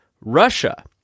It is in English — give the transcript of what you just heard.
Russia